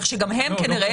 כך שגם הם כנראה